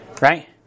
right